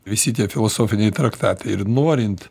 visi tie filosofiniai traktatai ir norint